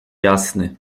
jasny